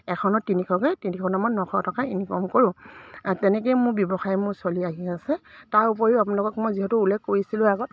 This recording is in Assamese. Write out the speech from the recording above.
এখনত তিনিশকৈ তিনিশ নামত নশ টকা ইনকম কৰোঁ তেনেকৈয়ে মোৰ ব্যৱসায় মোৰ চলি আহি আছে তাৰ উপৰিও আপোনালোকক মই যিহেতু উল্লেখ কৰিছিলোঁ আগত